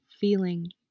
feeling